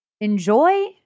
enjoy